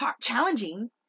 challenging